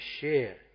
share